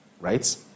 right